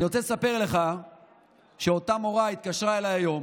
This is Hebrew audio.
אני רוצה לספר לך שאותה מורה התקשרה אליי היום,